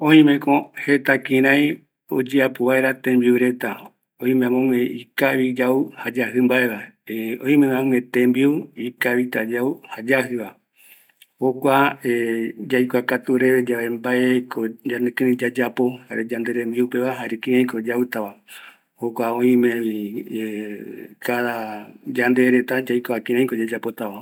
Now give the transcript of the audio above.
Oimeko jeta kirai oyeapo vaera tembiu reta, oime amogue ikavi yau jayajɨ mbae va, oime amogue tembiu ikavita yau jayajiva, kua yaikuakatu reve yave mbaeko ñanekirei yayapo, yanderembiu jare kiraita yauva, jokua oimevi yandereta yaikua kiraita yayapotava